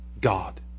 God